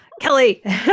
Kelly